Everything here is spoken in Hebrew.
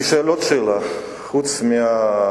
אני שואל עוד שאלה: חוץ מהליכוד,